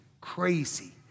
crazy